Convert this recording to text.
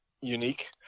unique